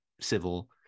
civil